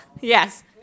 Yes